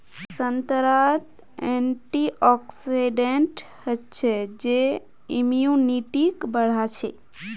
संतरात एंटीऑक्सीडेंट हचछे जे इम्यूनिटीक बढ़ाछे